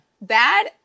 bad